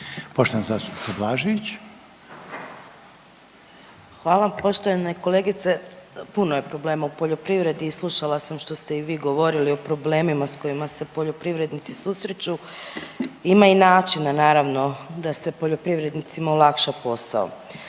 Anamarija (HDZ)** Hvala. Poštovana kolegice, puno je problema u poljoprivredi i slušala sam što ste i vi govorili o problemima s kojima se poljoprivrednici susreću. Ima i načina naravno da se poljoprivrednicima olakša posao,